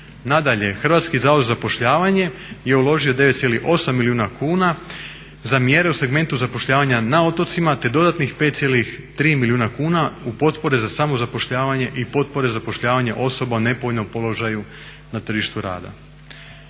Nadalje, Hrvatski zavod za zapošljavanje je uložio 9,8 milijuna kuna za mjere u segmentu zapošljavanja na otocima te dodatnih 5,3 milijuna kuna u potpore za samozapošljavanje i potpore zapošljavanja osoba u nepovoljnom položaju na tržištu rada.